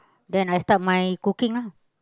then I start my cooking lah